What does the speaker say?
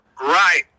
Right